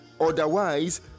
otherwise